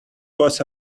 was